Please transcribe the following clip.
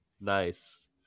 Nice